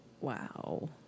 wow